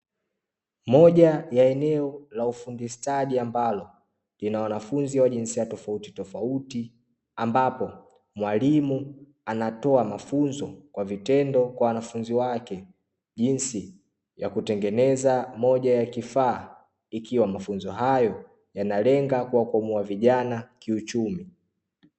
Moja ya eneo la ufundi stadi ambalo, lina wanafunzi wa jinsia ya tofautitofauti, ambapo mwalimu anatoa mafunzo kwa vitendo kwa wanafunzi wake, jinsi ya kutengeneza moja ya kifaa, ikiwa mafunzo hayo yanalenga kuwakwamua vijana kiuchumi.